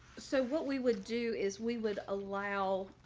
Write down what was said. so what we would do is we would allow